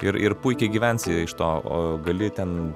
ir ir puikiai gyvensi iš to o gali ten